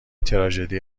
تراژدی